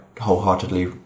wholeheartedly